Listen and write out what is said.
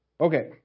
Okay